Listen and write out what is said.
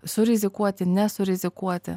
surizikuoti nesurizikuoti